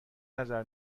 نظر